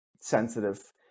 sensitive